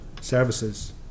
services